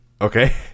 Okay